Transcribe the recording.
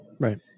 Right